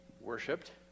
worshipped